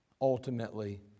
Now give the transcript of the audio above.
ultimately